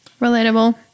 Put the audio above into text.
Relatable